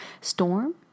storm